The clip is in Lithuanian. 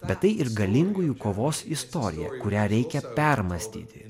bet tai ir galingųjų kovos istorija kurią reikia permąstyti